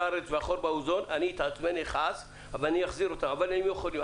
ואכעס, אבל הם יכולים.